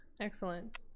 Excellent